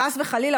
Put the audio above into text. חס וחלילה,